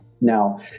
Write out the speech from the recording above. Now